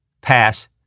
pass